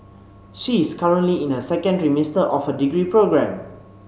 she is currently in her second trimester of her degree program